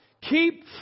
Keep